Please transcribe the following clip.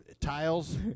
tiles